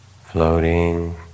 Floating